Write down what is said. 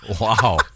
Wow